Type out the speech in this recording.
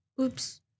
Oops